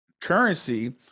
currency